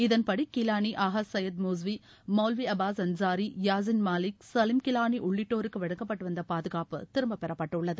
இதன்படி கிலானி ஆகா சையத் மோஸ்வி மவுல்வி அபாஸ் அன்சாரி யாசின் மாலிக் சலிம் கிலானி உள்ளிட்டோருக்கு வழங்கப்பட்டு வந்த பாதுகாப்பு திரும்ப பெறப்பட்டுள்ளது